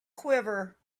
quiver